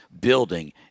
building